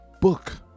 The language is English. book